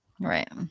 Right